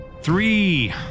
three